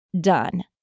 done